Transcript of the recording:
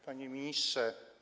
Panie Ministrze!